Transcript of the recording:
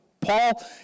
Paul